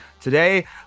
today